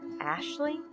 Ashley